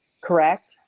correct